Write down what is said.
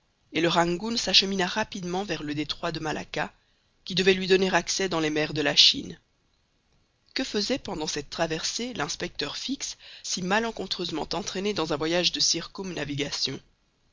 et le rangoon s'achemina rapidement vers le détroit de malacca qui devait lui donner accès dans les mers de la chine que faisait pendant cette traversée l'inspecteur fix si malencontreusement entraîné dans un voyage de